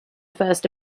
first